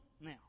now